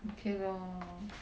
okay lah